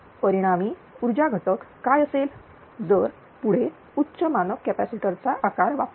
परिणामी ऊर्जा घटक काय असेल जर पुढे उच्च मानक कॅपॅसिटर चा आकार वापरला